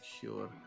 sure